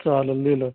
चालेल लिहिलं